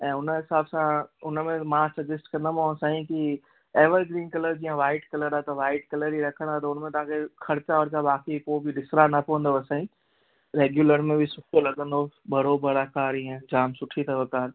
ऐं उन हिसाब सां उन में मां सजेस्ट कंदोमाव साईं की एवरग्रीन कलर जी या वाईट कलर आहे त वाईट कलर ई रखंदा त उन में तव्हांखे ख़र्चा वर्चा बाक़ी पोइ बि तव्हांखे ॾिसिणा न पवंदव साईं रैग्यूलर में बि सुठो लॻंदव बराबरि आहे कार ईअं जाम सुठी अथव कार